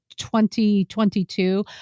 2022